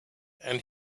and